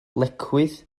lecwydd